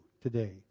today